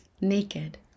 naked